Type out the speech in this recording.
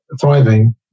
thriving